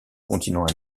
continent